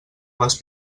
les